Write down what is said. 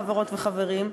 חברות וחברים,